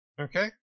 Okay